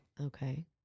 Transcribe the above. Okay